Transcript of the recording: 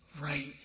right